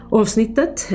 avsnittet